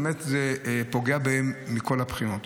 ובאמת זה פוגע בהם מכל הבחינות.